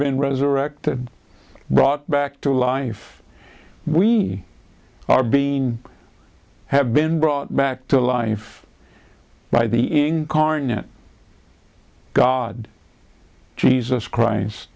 been resurrected brought back to life we are being have been brought back to life by the incarnate god jesus christ